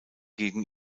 gegen